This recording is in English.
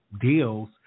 deals